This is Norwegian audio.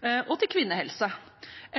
og til kvinnehelse.